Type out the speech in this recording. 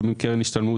קרן השתלמות,